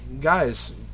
guys